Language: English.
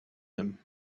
him